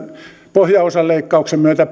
pohjaosan leikkauksen myötä